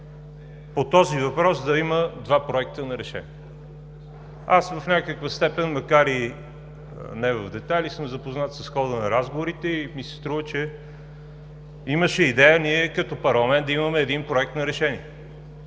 по този въпрос да има два проекта на решение. В определена степен, макар и не в детайли, съм запознат с хода на разговорите. Струва ми се, че имаше идея ние като парламент да имаме един Проект на решение.